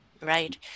right